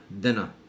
dinner